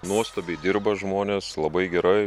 nuostabiai dirba žmonės labai gerai